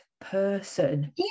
person